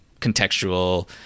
contextual